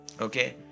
Okay